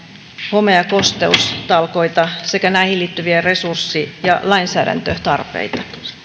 home ja kosteustalkoita sekä näihin liittyviä resurssi ja lainsäädäntötarpeita